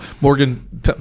Morgan